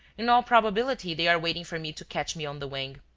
in all probability they are waiting for me to catch me on the wing.